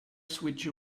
switch